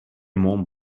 mont